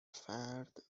فرد